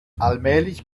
allmählich